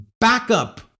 backup